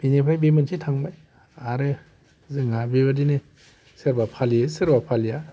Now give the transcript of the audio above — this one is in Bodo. बिनिफ्राय बे मोनसे थांबाय आरो जोंहा बेबायदिनो सोरबा फालियो सोरबा फालिया